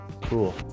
cool